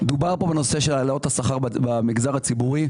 דובר פה בנושא של העלאות השכר במגזר הציבורי.